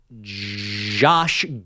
Josh